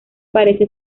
parece